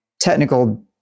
technical